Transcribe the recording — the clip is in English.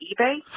ebay